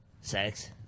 Sex